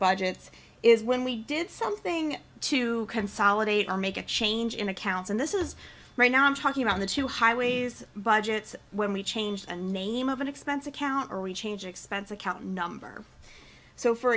budgets is when we did something to consolidate and make a change in accounts and this is right now i'm talking about the two highways budgets when we change the name of an expense account or we change expense account number so for